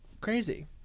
crazy